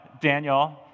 Daniel